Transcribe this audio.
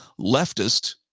leftist